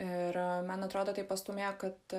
ir man atrodo tai pastūmėjo kad